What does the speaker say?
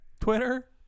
twitter